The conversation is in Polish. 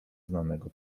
znanego